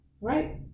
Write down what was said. right